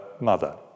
mother